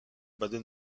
bade